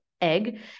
Egg